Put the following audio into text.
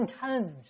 tons